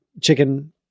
chicken